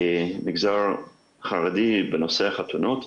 מגזר חרדי בנושא החתונות,